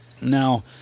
Now